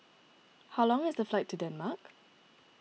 how long is the flight to Denmark